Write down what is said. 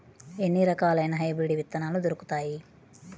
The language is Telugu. ఎన్ని రకాలయిన హైబ్రిడ్ విత్తనాలు దొరుకుతాయి?